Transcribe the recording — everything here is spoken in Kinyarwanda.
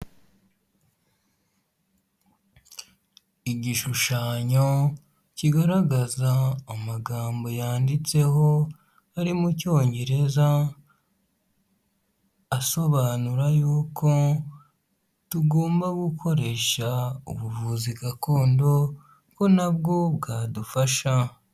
Igishushanyo kigaragaza amagambo yanditseho, ari mu cyongereza asobanura yuko tugomba gukoresha ubuvuzi gakondo ko na bwo bwadufasha.